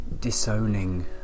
disowning